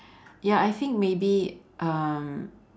ya I think maybe um